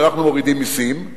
שאנחנו מורידים מסים.